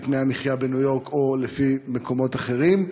תנאי המחיה בניו-יורק או במקומות אחרים?